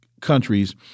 countries